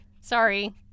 Sorry